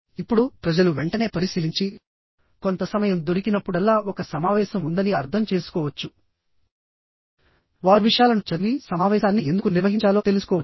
ఇప్పుడు ప్రజలు వెంటనే పరిశీలించి కొంత సమయం దొరికినప్పుడల్లా ఒక సమావేశం ఉందని అర్థం చేసుకోవచ్చు వారు విషయాలను చదివి సమావేశాన్ని ఎందుకు నిర్వహించాలో తెలుసుకోవచ్చు